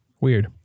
weird